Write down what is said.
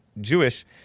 Jewish